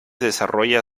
desarrolla